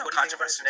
controversy